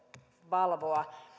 valvoa